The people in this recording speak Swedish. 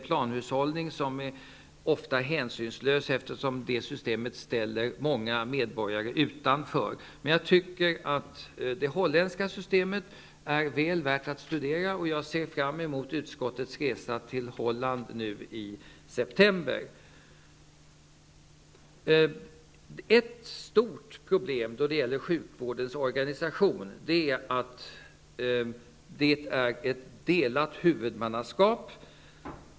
planhushållningen där blir ofta hänsynslös, eftersom det systemet ställer många medborgare utanför. Men jag tycker att det holländska systemet är väl värt att studera. Jag ser fram emot utskottets resa till Holland i september. Ett delat huvudmannaskap utgör ett stort problem när det gäller sjukvårdens organisation.